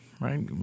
right